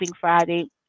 Friday